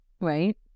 Right